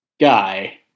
guy